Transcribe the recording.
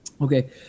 Okay